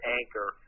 anchor